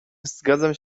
zgadzam